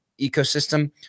ecosystem